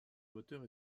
moteur